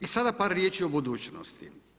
I sada par riječi o budućnosti.